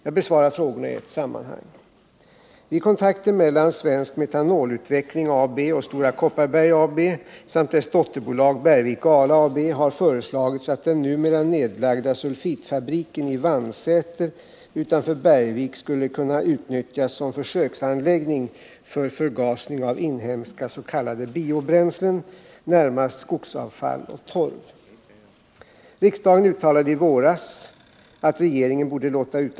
Jag besvarar frågorna i ett sammanhang. Vid kontakter mellan Svensk Metanolutveckling AB och Stora Kopparbergs Bergslags AB samt dess dotterbolag Bergvik och Ala AB har föreslagits att den numera nedlagda sulfitfabriken i Vannsäter utanför Bergvik skulle kunna utnyttjas som försöksanläggning för förgasning av inhemska s.k. biobränslen, närmast skogsavfall och torv.